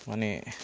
माने